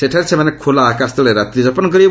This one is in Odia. ସେଠାରେ ସେମାନେ ଖୋଲା ଆକାଶ ତଳେ ରାତ୍ରୀଯାପନ କରିବେ